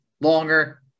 longer